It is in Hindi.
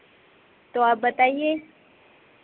तो आप बताइए